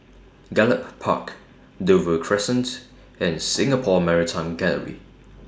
Gallop Park Dover Crescent and Singapore Maritime Gallery